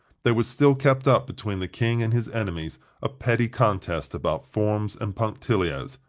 there was still kept up between the king and his enemies a petty contest about forms and punctilios,